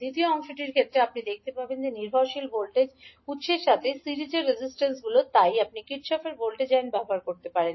দ্বিতীয় অংশের ক্ষেত্রে আপনি দেখতে পাবেন যে নির্ভরশীল ভোল্টেজ উত্সের সাথে সিরিজের রেজিস্টেন্সগুলি তাই আপনি কির্চফের ভোল্টেজ আইন ব্যবহার করবেন